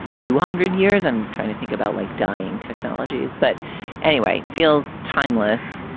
two hundred years and trying to think about like dying technologies, but anyway, feels timeless.